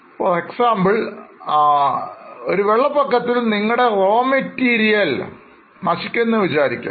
ഉദാഹരണത്തിന് നിങ്ങളുടെ അസംസ്കൃതവസ്തുക്കൾ വെള്ളപ്പൊക്കത്തിൽ നശിക്കുന്നു